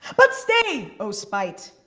but stay o spite!